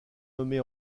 nommée